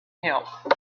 help